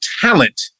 talent